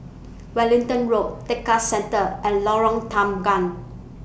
Wellington Road Tekka Centre and Lorong Tanggam